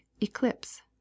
eclipse